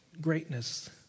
greatness